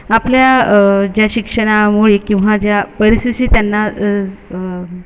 आपल्या ज्या शिक्षणामुळे किंवा ज्या परिस्थिती त्यांना